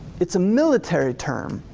it's a military term.